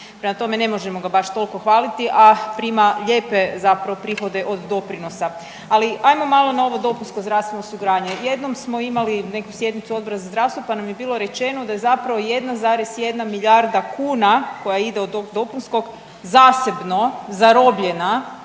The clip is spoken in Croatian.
Prema tome, ne možemo ga baš toliko hvaliti, a prima lijepe zapravo prihode od doprinosa. Ali hajmo malo na ovo dopunsko zdravstveno osiguranje. Jednom smo imali neku sjednicu Odbora za zdravstvo pa nam je bilo rečeno da je zapravo 1,1 milijarda kuna koja ide od tog dopunskog zasebno zarobljena